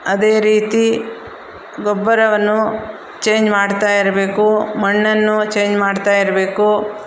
ಅದೇ ರೀತಿ ಗೊಬ್ಬರವನ್ನು ಚೇಂಜ್ ಮಾಡ್ತಾ ಇರಬೇಕು ಮಣ್ಣನ್ನು ಚೇಂಜ್ ಮಾಡ್ತಾ ಇರಬೇಕು